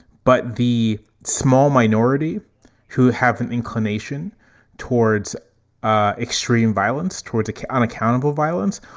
but the small minority who have an inclination towards ah extreme violence, towards unaccountable violence,